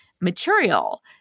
material